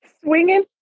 Swinging